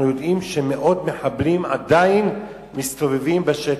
יודעים שמאות מחבלים עדיין מסתובבים בשטח,